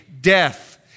death